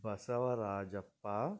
Basavarajappa